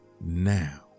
now